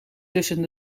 tussen